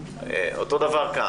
אותו הדבר כאן.